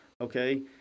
okay